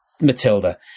Matilda